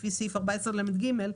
לפי סעיף 14לג,